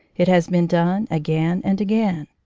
it has been done again and again.